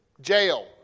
jail